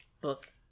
book